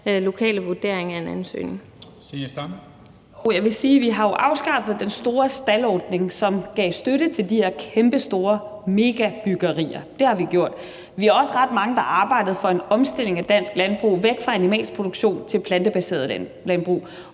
16:39 Zenia Stampe (RV): Men jeg vil sige, at vi jo har afskaffet den store staldordning, som gav støtte til de her kæmpestore megabyggerier. Det har vi gjort. Vi er også ret mange, der arbejder på en omstilling af dansk landbrug væk fra animalsk produktion til plantebaseret landbrug.